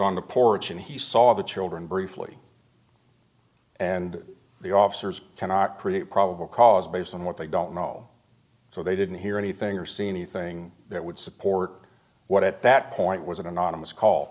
on the porch and he saw the children briefly and the officers cannot create probable cause based on what they don't know so they didn't hear anything or see anything that would support what at that point was an anonymous call